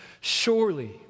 surely